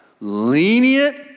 lenient